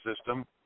system